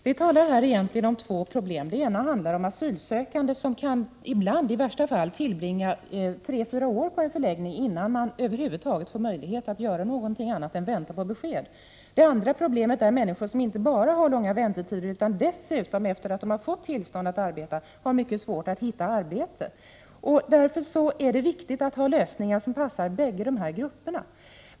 Herr talman! Vi talar här egentligen om två problem. Det ena handlar om asylsökande som ibland, i värsta fall, kan få tillbringa tre fyra år på en förläggning innan de över huvud taget får möjlighet att göra någonting annat än vänta på besked. Det andra problemet gäller människor som inte bara har långa väntetider utan dessutom, efter att de fått tillstånd att arbeta, har mycket svårt att hitta arbete. Därför är det viktigt att finna lösningar som passar bägge grupperna.